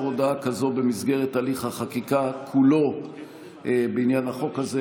הודעה כזאת במסגרת הליך החקיקה כולו בעניין החוק הזה,